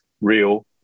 real